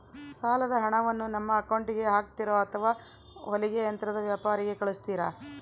ಸಾಲದ ಹಣವನ್ನು ನಮ್ಮ ಅಕೌಂಟಿಗೆ ಹಾಕ್ತಿರೋ ಅಥವಾ ಹೊಲಿಗೆ ಯಂತ್ರದ ವ್ಯಾಪಾರಿಗೆ ಕಳಿಸ್ತಿರಾ?